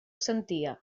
sentia